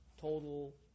total